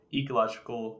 ecological